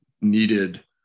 needed